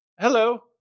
Hello